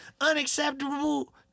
unacceptable